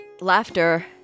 Laughter